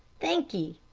thank ye,